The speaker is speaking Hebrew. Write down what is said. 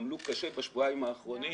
עמלו קשה בשבועיים האחרונים